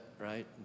right